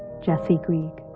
jesse grieg.